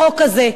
החוק הזה,